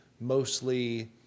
mostly